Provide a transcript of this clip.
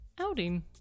Outing